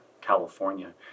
California